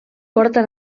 korda